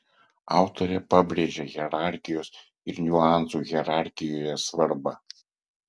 autorė pabrėžia hierarchijos ir niuansų hierarchijoje svarbą